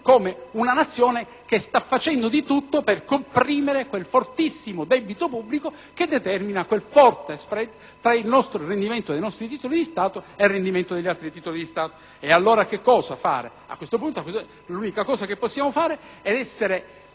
come una Nazione che sta facendo di tutto per comprimere quel fortissimo debito pubblico che determina quel forte *spread* tra il rendimento dei nostri titoli di Stato e il rendimento dei titoli di Stato di altri Paesi. A questo punto, l'unica cosa che possiamo fare è essere